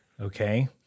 Okay